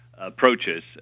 Approaches